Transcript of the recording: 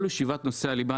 אלה שבעת נושאי הליבה.